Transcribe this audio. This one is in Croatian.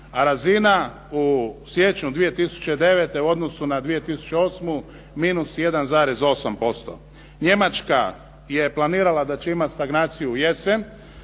a razina u siječnju 2009. u odnosu na 2008. minus 1,8%. Njemačka je planirala da će imati stagnaciju u jesen.